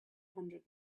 hundred